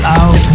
out